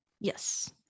yes